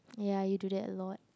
ya you do that a lot